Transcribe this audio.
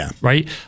right